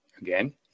again